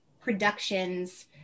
productions